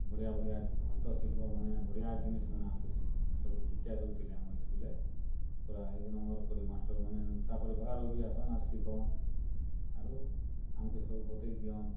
ବଢ଼ିଆ ବଢ଼ିଆ ହସ୍ତଶିଳ୍ପ ମାନେ ବଢ଼ିଆ ଜିନିଷ୍ ମାନେ ଆମକେ ସବୁ ଶିକ୍ଷା ଦେଉଥିଲେ ଆମର୍ ଇସ୍କୁଲେ ପୂରା ଏକ ନମ୍ବର୍ କରି ମାଷ୍ଟର୍ ମାନେ ତା'ର୍ ପରେ ବାହାରୁ ବି ଆସନ୍ ଆସ୍କି କହନ୍ ଆରୁ ଆମକେ ସବୁ ବତାଇ ଦିଅନ୍